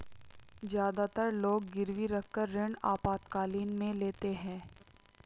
ज्यादातर लोग गिरवी रखकर ऋण आपातकालीन में लेते है